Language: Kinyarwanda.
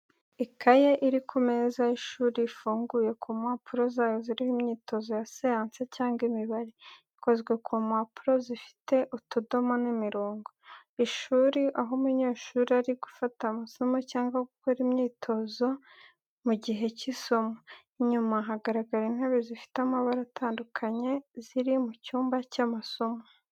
Ikaye iri ku meza y’ishuri, ifunguye ku mpapuro zayo ziriho imyitozo ya siyansi cyangwa imibare, ikozwe ku mpapuro zifite utudomo n’imirongo. Ishuri aho umunyeshuri ari gufata amasomo cyangwa gukora imyitozo mu gihe cy’isomo. Inyuma hagaragara intebe zifite amabara atandukanye, ziri mu cyumba cy’amasomo.